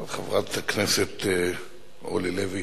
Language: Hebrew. חברת הכנסת אורלי לוי